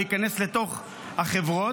להיכנס לתוך החברות,